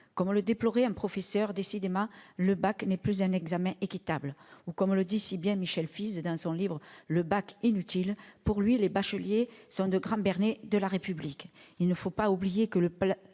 Comme le déplorait un professeur, « décidément, le bac n'est plus un examen équitable ». Ou, comme le dit si bien Michel Fize, dans son livre, « les bacheliers sont de grands bernés de la République